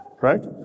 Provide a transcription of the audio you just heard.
right